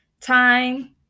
time